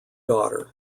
daughter